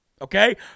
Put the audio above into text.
okay